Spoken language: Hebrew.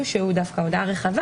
אני מעדיפה שאלי יסביר על זה.